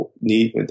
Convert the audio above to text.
need